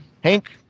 Hank